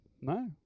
No